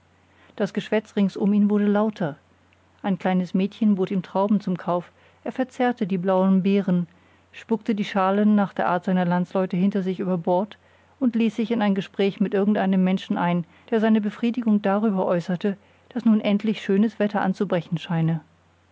das geschwätz rings um ihn wurde lauter ein kleines mädchen bot ihm trauben zum kauf er verzehrte die blauen beeren spuckte die schalen nach der art seiner landsleute hinter sich über bord und ließ sich in ein gespräch mit irgendeinem menschen ein der seine befriedigung darüber äußerte daß nun endlich schönes wetter anzubrechen scheine